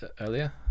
earlier